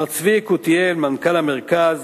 למר צבי יקותיאל, מנכ"ל המרכז,